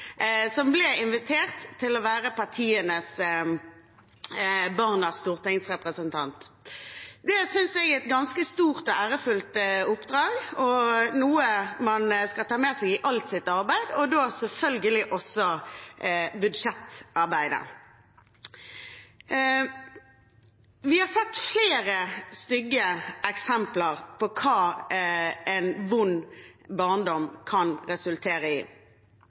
som ble invitert til å være partienes «Barnas stortingsrepresentant». Det synes jeg er et ganske stort og ærefullt oppdrag, og noe man skal ta med seg i alt sitt arbeid, og da selvfølgelig også i budsjettarbeidet. Vi har sett flere stygge eksempler på hva en vond barndom kan resultere i.